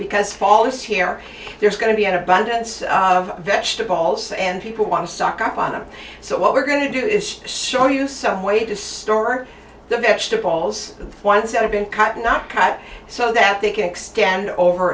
because fall is here there's going to be an abundance of vegetables and people want to stock up on them so what we're going to do is show you some way to store the vegetables the ones that have been cutting up so that they can extend over